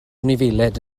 anifeiliaid